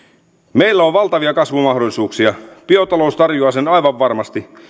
meillä on valtavia kasvumahdollisuuksia biotalous tarjoaa sen aivan varmasti